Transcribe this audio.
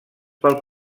pel